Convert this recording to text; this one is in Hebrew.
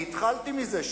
אני התחלתי מזה,